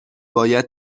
باید